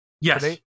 Yes